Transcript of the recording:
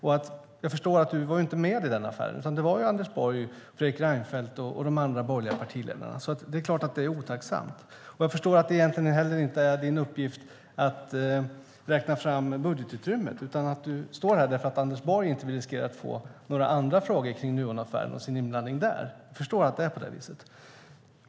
Han var inte med i den affären, utan det var Anders Borg, Fredrik Reinfeldt och de andra borgerliga partiledarna som deltog där. Det är klart att det otacksamt. Jag förstår också att det egentligen inte heller är statsrådets uppgift att räkna fram budgetutrymmet, utan han står här därför att Anders Borg inte vill riskera att få några andra frågor om Nuonaffären och sin inblandning i den. Jag förstår att det är på det viset.